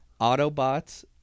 autobots